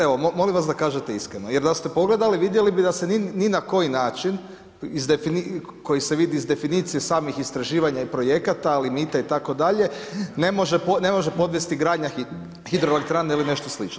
Evo molim vas da kažete iskreno, jer da ste pogledali vidjeli bi da se ni na koji način koji se vidi iz definicije samih istraživanja i projekata, limita itd. ne može podvesti gradnja hidroelektrane ili nešto slično.